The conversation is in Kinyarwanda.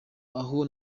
aha